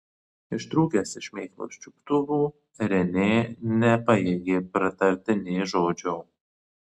ištrūkęs iš šmėklos čiuptuvų renė nepajėgė pratarti nė žodžio